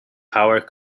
howard